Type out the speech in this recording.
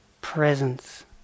presence